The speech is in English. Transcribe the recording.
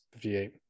58